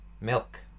Milk